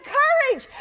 courage